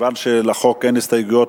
כיוון שלחוק אין הסתייגויות,